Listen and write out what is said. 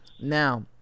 Now